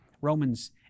Romans